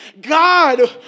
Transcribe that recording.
God